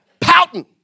pouting